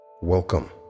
Welcome